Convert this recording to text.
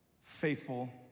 Faithful